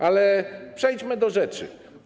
Ale przejdźmy do rzeczy.